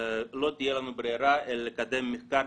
לא תהיה לנו ברירה אלא לקדם מחקר,